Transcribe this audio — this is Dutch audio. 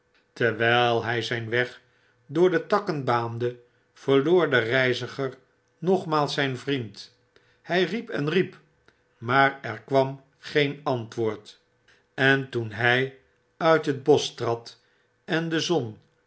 terwyl hij zyn weg door de takken baande verloor de veiziger nogmaals zijn yriend hy riep en riep maar er kwam geen antwoord en toen by uit het bosch trad en de zon